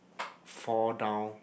fall down